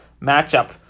matchup